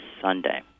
Sunday